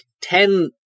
ten